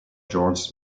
georges